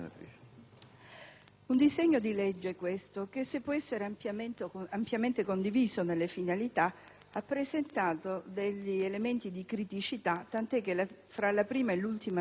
un disegno di legge che, se può essere ampiamente condiviso nelle finalità, ha presentato degli elementi di criticità, tant'è che, fra la prima e l'ultima stesura,